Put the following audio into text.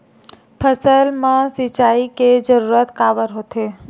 फसल मा सिंचाई के जरूरत काबर होथे?